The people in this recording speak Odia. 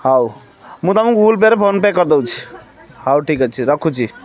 ହଉ ମୁଁ ତୁମକୁ ଗୁଗୁଲ୍ ପେରେ ଫୋନ୍ ପେ କରିଦେଉଛି ହଉ ଠିକ୍ ଅଛି ରଖୁଛି